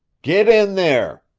get in there!